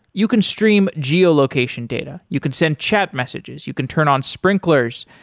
you can stream geo-location data, you can send chat messages, you can turn on sprinklers,